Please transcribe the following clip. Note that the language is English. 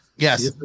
Yes